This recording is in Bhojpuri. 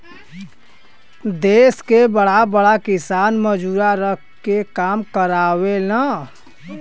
देस के बड़ा बड़ा किसान मजूरा रख के काम करावेलन